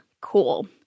cool